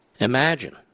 Imagine